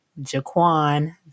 Jaquan